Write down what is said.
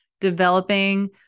developing